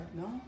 no